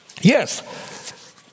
Yes